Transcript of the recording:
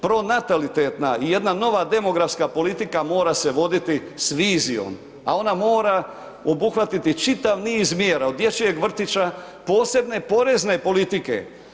Pronatalitetna i jedna nova demografska politika mora se voditi s vizijom, a ona mora obuhvatiti čitav niz mjera od dječjeg vrtića, posebne porezne politike.